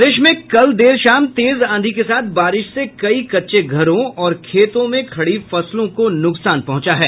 प्रदेश में कल देर शाम तेज आंधी के साथ बारिश से कई कच्चे घरों और खेत में खड़ी फसलों को नुकसान पहुंचा है